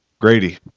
Grady